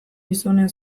gizonen